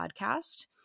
Podcast